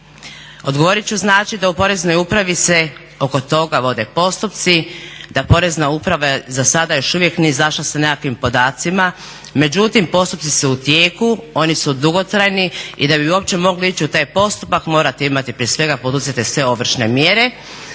Odgovorit ću znači da u Poreznoj upravi se oko toga vode postupci, da Porezna uprava za sada još uvijek nije izašla sa nekakvim podacima. Međutim, postupci su u tijeku, oni su dugotrajni i da bi uopće mogli ići u taj postupak morate imati prije svega poduzete sve ovršne mjere.